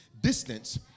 distance